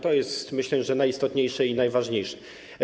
To jest, myślę, najistotniejsze, najważniejsze.